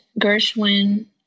Gershwin